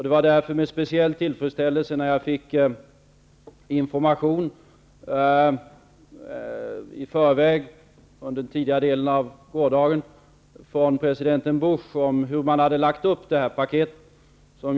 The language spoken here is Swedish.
Det var därför med speciell tillfredsställelse som jag fick information i förväg under den tidigare delen av gårdagen från president Bush om hur man hade lagt upp sitt paket.